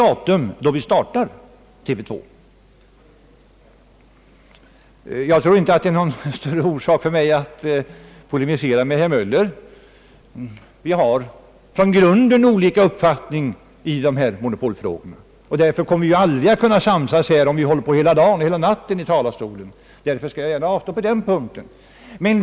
Att polemisera med herr Möller tror jag inte att jag har någon större orsak till. Vi har från början olika uppfattningar i monopolfrågan. Vi kommer aldrig att kunna samsas, om vi så håller på hela dagen och hela natten, och jag skall därför avstå från vidare diskussion på den punkten.